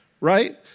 right